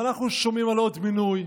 ואנחנו שומעים על עוד מינוי,